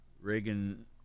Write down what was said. Reagan